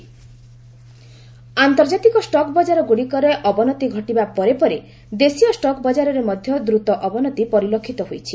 stocks ଆନ୍ତର୍ଜାତିକ stock ବଜାରଗୁଡ଼ିକରେ ଅବନତି ଘଟିବା ପରେ ପରେ ଦେଶୀୟ ଷ୍ଟକ୍ ବକ୍କାରରେ ମଧ୍ୟ ଦ୍ରୁତ ଅବନତି ପରିଲକ୍ଷିତ ହୋଇଛି